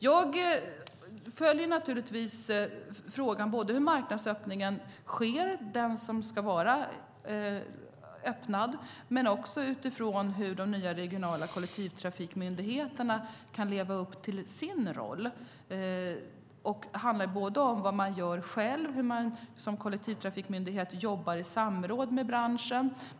Jag följer naturligtvis frågorna om hur marknadsöppningen sker och hur de nya regionala kollektivtrafikmyndigheterna kan leva upp till sin roll. Det handlar delvis om vad man gör själv och hur man som kollektivtrafikmyndighet jobbar i samråd med branschen.